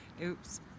Oops